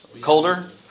Colder